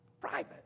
private